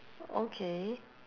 okay